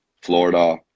Florida